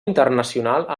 internacional